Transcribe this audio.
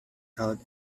held